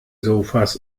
sofas